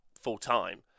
full-time